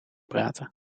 praten